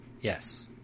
Yes